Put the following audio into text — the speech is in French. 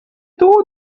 taureaux